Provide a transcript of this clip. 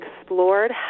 explored